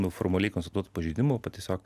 nu formaliai konstatuot pažeidimų tiesiog